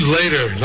later